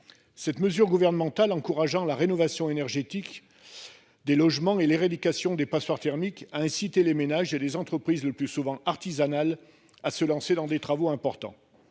Cette mesure gouvernementale encourageant la rénovation énergétique. Des logements et l'éradication des passoires thermiques à inciter les ménages et les entreprises, le plus souvent artisanales à se lancer dans des travaux importants.